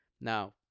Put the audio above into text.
Now